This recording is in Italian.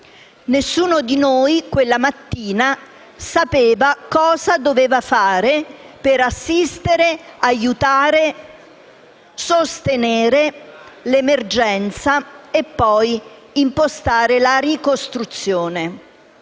del buon terremotato e sapeva cosa doveva fare per assistere, aiutare, sostenere l'emergenza e, poi, impostare la ricostruzione.